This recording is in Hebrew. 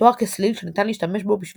תואר כסליל שניתן להשתמש בו בשביל